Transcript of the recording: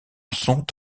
sont